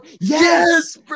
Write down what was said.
yes